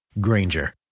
Granger